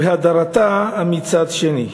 והדרתה מצד שני.